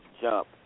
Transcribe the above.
jump